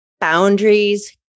boundaries